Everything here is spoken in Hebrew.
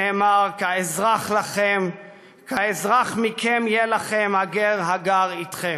שנאמר: "כאזרח מכם יהיה לכם הגר הגר אתכם".